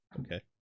Okay